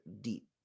deep